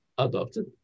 Adopted